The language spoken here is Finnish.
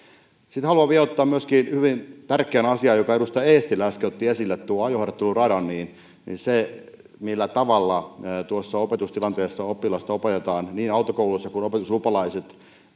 sitten haluan vielä ottaa myöskin hyvin tärkeän asian jonka edustaja eestilä äsken otti esille tuon ajoharjoitteluradan siitä millä tavalla tuossa opetustilanteessa oppilasta opetetaan niin autokouluissa opiskelevia kuin opetuslupalaisia